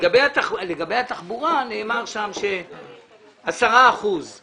לגבי התחבורה נאמר ש-10 אחוזים